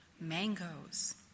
mangoes